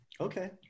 okay